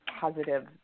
positive